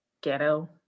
ghetto